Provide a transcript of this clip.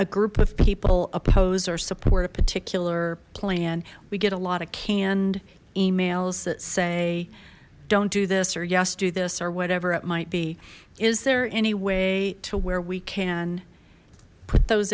a group of people oppose or support a particular plan we get a lot of canned emails that say don't do this or yes do this or whatever it might be is there any way to where we can put those